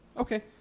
Okay